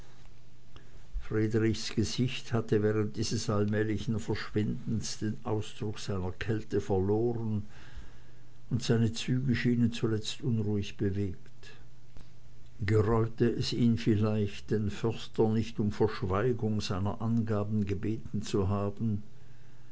friedrichs gesicht hatte während dieses allmähligen verschwindens den ausdruck seiner kälte verloren und seine züge schienen zuletzt unruhig bewegt gereute es ihn vielleicht den förster nicht um verschweigung seiner angaben gebeten zu haben